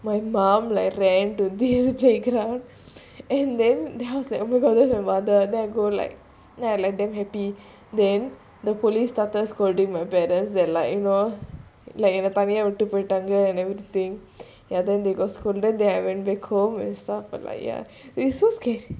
my mum like ran to this playground and then then I was like oh my god that's my mother then I go like then I like damn happy then the police started scolding my parents and like you know like என்னதனியாவிட்டுட்டுபோய்ட்டங்காவிட்டுட்டு:enna thaniya vitutu poitanga vitutu and everything ya then they got scolded and I went back home and stuff and like ya it's so scar~